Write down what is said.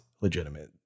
legitimate